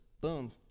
Boom